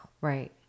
Right